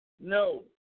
No